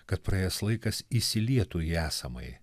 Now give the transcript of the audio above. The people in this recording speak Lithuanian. kad praėjęs laikas įsilietų į esamąjį